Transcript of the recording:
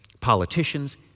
politicians